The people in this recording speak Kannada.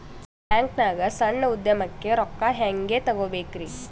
ಬ್ಯಾಂಕ್ನಾಗ ಸಣ್ಣ ಉದ್ಯಮಕ್ಕೆ ರೊಕ್ಕ ಹೆಂಗೆ ತಗೋಬೇಕ್ರಿ?